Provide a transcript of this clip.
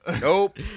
Nope